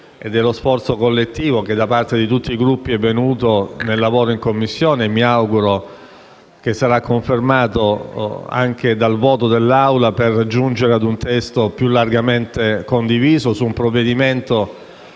e dello sforzo collettivo che da parte di tutti i Gruppi è venuto nel lavoro in Commissione. Mi auguro che ciò sarà confermato anche dal voto dell'Assemblea, per giungere ad un testo più largamente condiviso su un provvedimento